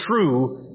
true